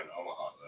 Omaha